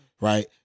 Right